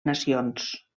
nacions